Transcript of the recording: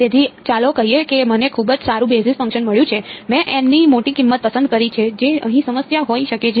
તેથી ચાલો કહીએ કે મને ખૂબ જ સારું બેઝિસ ફંક્શન મળ્યું છે મેં N ની મોટી કિંમત પસંદ કરી છે જે અહીં સમસ્યા હોઈ શકે છે